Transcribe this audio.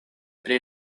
pri